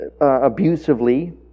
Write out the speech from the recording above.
Abusively